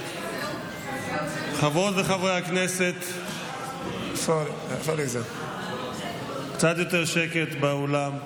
חברות וחברי הכנסת, קצת יותר שקט באולם.